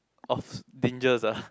of dangers ah